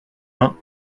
main